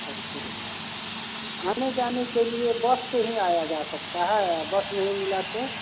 हरपुर हुआ आने जाने के लिए बस से हीं आया जा सकता है और बस नहीं मिला तो